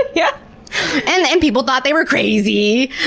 yeah and then people thought they were crazy.